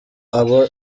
aba